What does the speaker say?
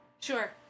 sure